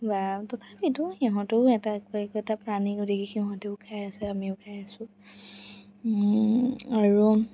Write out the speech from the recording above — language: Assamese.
তথাপিতো সিহঁতো একো একোটা প্ৰাণী গতিকে সিহঁতেও খাই আছে আমিও খাই আছোঁ আৰু